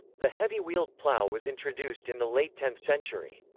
the heavy wheeled plough was introduced in the late tenth century.